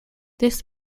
this